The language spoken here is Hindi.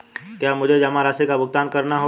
क्या मुझे जमा राशि का भुगतान करना होगा?